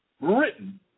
written